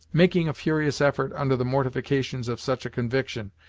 making a furious effort under the mortification of such a conviction,